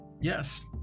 Yes